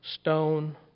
stone